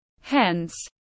Hence